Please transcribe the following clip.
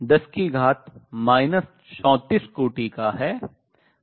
h 10 34 कोटि का है